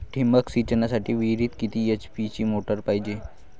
ठिबक सिंचनासाठी विहिरीत किती एच.पी ची मोटार पायजे?